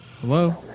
hello